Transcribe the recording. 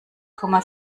komma